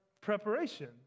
preparation